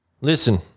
Listen